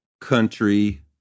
country